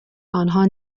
آنها